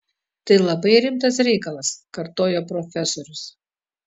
tai labai rimtas reikalas kartojo profesorius